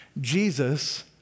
Jesus